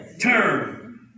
turn